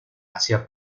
hacia